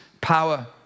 power